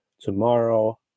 tomorrow